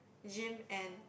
gym and